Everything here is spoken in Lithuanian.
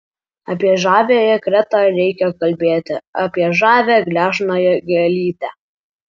apie žaviąją kretą reikia kalbėti apie žavią gležnąją gėlytę